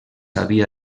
havia